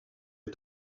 est